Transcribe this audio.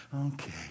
Okay